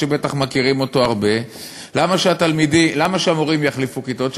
שבטח מכירים אותו הרבה: למה שהמורים יחליפו כיתות,